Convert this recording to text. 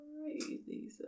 crazy